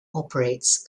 operates